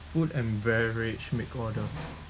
food and beverage make order